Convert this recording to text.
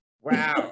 Wow